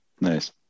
Nice